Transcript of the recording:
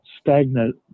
stagnant